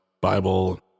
Bible